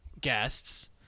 guests